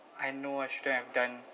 I know I shouldn't have done